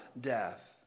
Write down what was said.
death